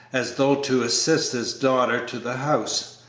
as though to assist his daughter to the house,